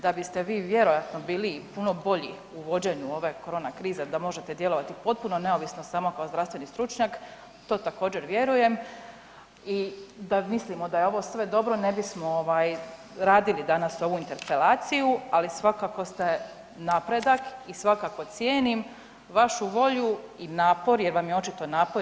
Da biste vi vjerojatno bili i puno bolji u vođenju ove corona krize da možete djelovati potpuno neovisno samo kao zdravstveni stručnjak to također vjerujem i da mislimo da je ovo sve dobro ne bismo radili danas ovu interpelaciju, ali svakako ste napredak i svakako cijenim vašu volju i napor, jer vam je očito napor.